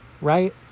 Right